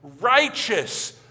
righteous